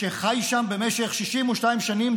שחי שם במשך 62 שנים,